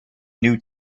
new